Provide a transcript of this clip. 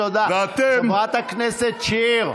חברת הכנסת שיר.